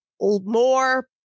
more